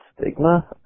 stigma